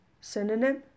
Synonym